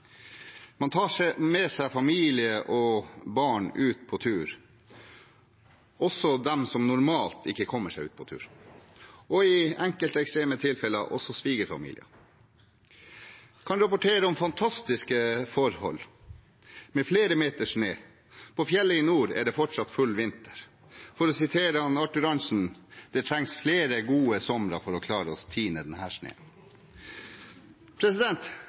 Man tar med seg familie og barn ut på tur – også dem som normalt ikke kommer seg ut på tur – og i enkelte ekstreme tilfeller også svigerfamilien. Jeg kan rapportere om fantastiske forhold med flere meter snø. På fjellet i nord er det fortsatt full vinter. For å sitere Arthur Arntzen: Det trengs flere gode somre for å klare å tine